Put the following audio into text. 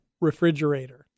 refrigerator